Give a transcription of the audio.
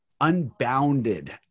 unbounded